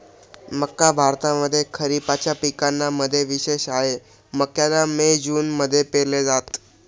मक्का भारतामध्ये खरिपाच्या पिकांना मध्ये विशेष आहे, मक्याला मे जून मध्ये पेरल जात